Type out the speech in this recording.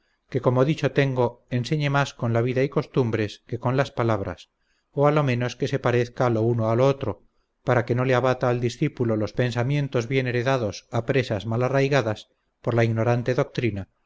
que como dicho tengo enseñe más con la vida y costumbres que con las palabras o a lo menos que se parezca lo uno a lo otro para que no le abata al discípulo los pensamientos bien heredados a presas mal arraigadas por la ignorante doctrina